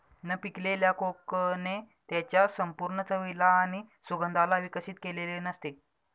न पिकलेल्या कोकणे त्याच्या संपूर्ण चवीला आणि सुगंधाला विकसित केलेले नसते